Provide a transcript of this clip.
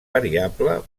variable